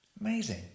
Amazing